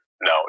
No